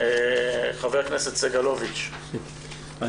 ח"כ סגלוביץ' בבקשה.